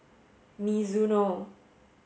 Mizuno